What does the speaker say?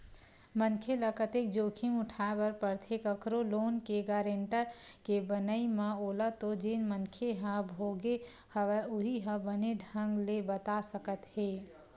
मनखे ल कतेक जोखिम उठाय बर परथे कखरो लोन के गारेंटर के बनई म ओला तो जेन मनखे ह भोगे हवय उहीं ह बने ढंग ले बता सकत हे